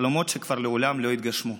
חלומות שכבר לעולם לא יתגשמו.